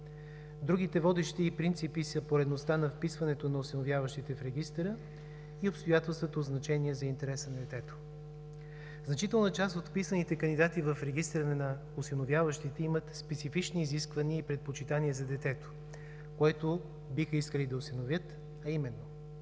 Другите водещи принципи са поредността на вписването на осиновяващите в регистъра и обстоятелствата от значение за интереса на детето. Значителна част от вписаните кандидати в регистъра на осиновяващите имат специфични изисквания и предпочитания за детето, което биха искали да осиновят, а именно: